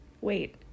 Wait